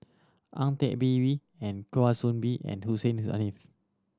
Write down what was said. Ang Teck Bee and Kwa Soon Bee and Hussein Haniff